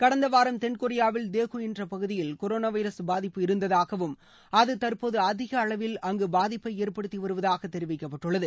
கடந்த வாரம் தென்கொரியாவில் தேஹு என்ற பகுதியில் கொரோனா வைரஸ் பாதிப்பு இருந்ததாகவும் அது தற்போது அதிக அளவில் அங்கு பாதிப்பை ஏற்படுத்தி வருவதாக தெரிவிக்கப்பட்டுள்ளது